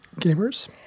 gamers